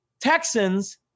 Texans